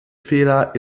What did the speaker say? fehler